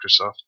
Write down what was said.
Microsoft